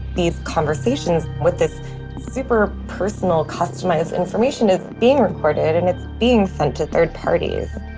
these conversations, with this super personal customized information, is being recorded, and it's being sent to third parties